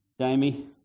Jamie